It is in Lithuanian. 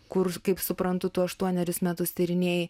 kur kaip suprantu tu aštuonerius metus tyrinėjai